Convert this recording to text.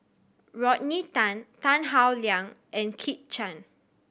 Rodney Tan Tan Howe Liang and Kit Chan